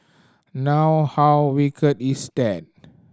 now how wicked is that